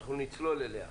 אנחנו נצלול לתוכה.